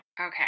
Okay